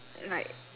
like